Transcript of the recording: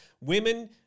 women